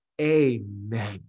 Amen